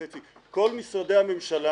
תמכו בהארכת מועד סגירת השדה.